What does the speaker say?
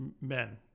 men